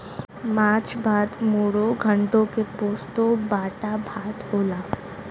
माछ भात मुडो घोन्टो के पोस्तो बाटा भात होला